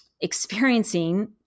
experiencing